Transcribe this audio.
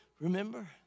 Remember